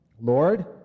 Lord